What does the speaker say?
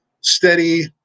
steady